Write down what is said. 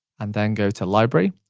and then go to library,